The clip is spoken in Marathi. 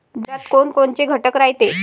दुधात कोनकोनचे घटक रायते?